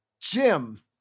Jim